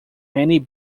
many